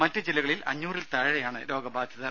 മറ്റു ജില്ലകളിൽ അഞ്ഞൂറിൽ താഴെയാണ് രോഗബാധിതർ